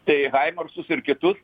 tai haimarsus ir kitus